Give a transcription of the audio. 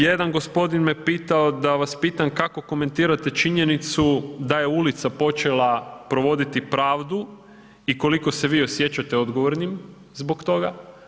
Jedan gospodin me pitao da vas pitam kako komentirate činjenicu da je ulica počela provoditi pravdu i koliko se vi osjećate odgovornim zbog toga.